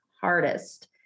hardest